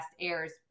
airs